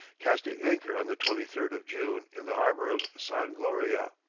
casting anchor on the twenty third of june in the harbour of san-gloria,